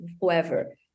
whoever